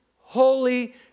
holy